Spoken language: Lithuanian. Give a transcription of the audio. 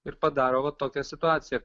ir padaro va tokią situaciją